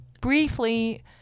briefly